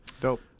Dope